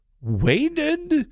waited